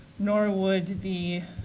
nor would the